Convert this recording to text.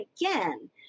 again